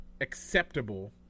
acceptable